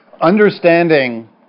understanding